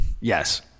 Yes